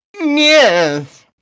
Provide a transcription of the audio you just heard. Yes